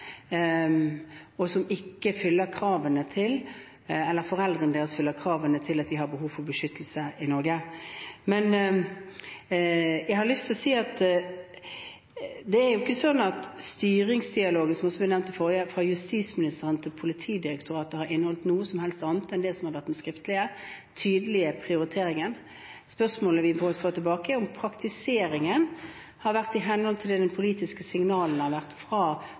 som ikke fyller disse kravene. Men jeg har lyst til å si at det er ikke sånn at styringsdialogen fra justisministeren til Politidirektoratet, som også ble nevnt, har inneholdt noe som helst annet enn den skriftlige, tydelige prioriteringen. Spørsmålet vi får tilbake, er om praktiseringen har vært i henhold til de politiske signalene fra Politiets utlendingsenhet, i forhold til det politidirektøren nå sier i media om at den har vært